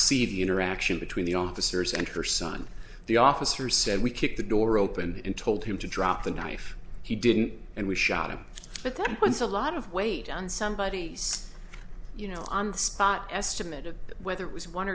the interaction between the officers and her son the officer said we kicked the door opened and told him to drop the knife he didn't and we shot him but that was a lot of weight on somebody you know on the spot estimate of whether it was one